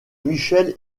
michel